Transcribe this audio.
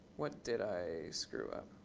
what did i screw up?